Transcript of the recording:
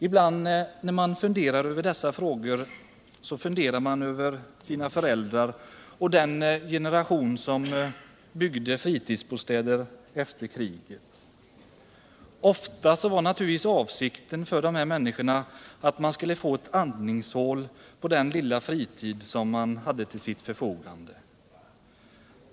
Ibland när man funderar över dessa frågor funderar man över sina föräldrar och den generation som byggde fritidsbostäder efter kriget. Ofta var avsikten för dessa människor att få ett andningshål för den lilla fritid som de hade till sitt förfogande.